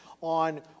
on